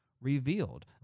revealed